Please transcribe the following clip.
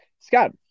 Scott